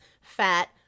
fat